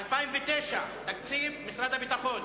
כהצעת הוועדה.